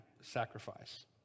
sacrifice